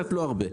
לא הרבה,